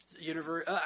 universe